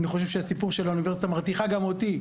אני חושב שהסיפור של האוניברסיטה מרתיחה גם אותי.